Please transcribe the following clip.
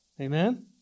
Amen